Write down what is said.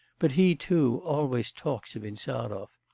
but he too always talks of insarov.